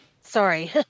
Sorry